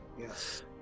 Yes